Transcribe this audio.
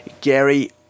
Gary